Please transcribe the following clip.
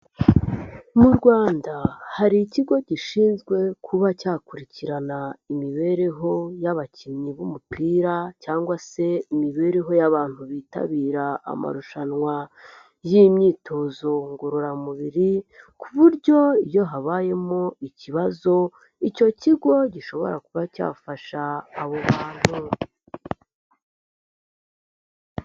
Mu Rwanda hari ikigo gishinzwe kuba cyakurikirana imibereho y'abakinnyi b'umupira cyangwa se imibereho y'abantu bitabira amarushanwa y'imyitozo ngororamubiri ku buryo iyo habayemo ikibazo, icyo kigo gishobora kuba cyafasha abo bantu.